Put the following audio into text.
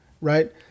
right